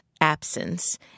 absence